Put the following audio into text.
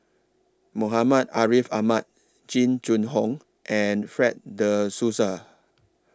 Muhammad Ariff Ahmad Jing Jun Hong and Fred De Souza